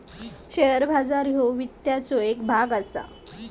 share बाजार ह्यो वित्ताचो येक भाग असा